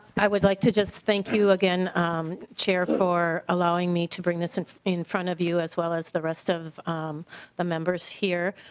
i would like to just thank you again chair for allowing me to bring this and in front of you as well as the rest of the members here.